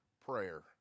Prayer